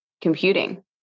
computing